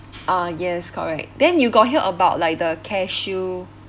uh yes correct then you got hear about like the cashew